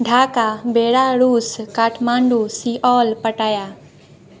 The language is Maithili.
ढाका बेलारूस काठमांडू सीओल पटाया